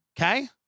Okay